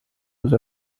use